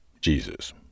Jesus